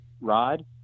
rod